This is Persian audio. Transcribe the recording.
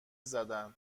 زدن